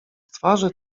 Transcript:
twarzy